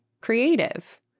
creative